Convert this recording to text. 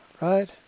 right